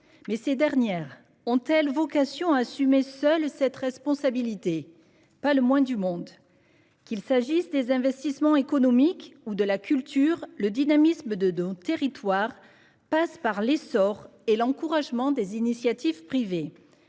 ces dernières doivent-elles assumer seules cette responsabilité ? Absolument pas. Qu'il s'agisse d'investissements économiques ou de culture, le dynamisme de nos territoires passe par l'essor et l'encouragement des initiatives privées.